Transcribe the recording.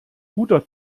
guter